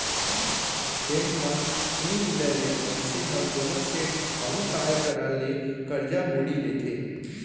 bank म नइ मिलय ले मनसे ह कोनो सेठ, साहूकार करा ले करजा बोड़ी लेथे